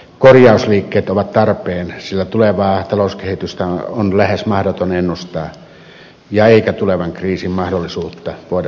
korjausliikkeet ovat tarpeen sillä tulevaa talouskehitystä on lähes mahdoton ennustaa eikä tulevan kriisin mahdollisuutta voida sulkea pois